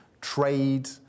trade